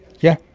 yeah,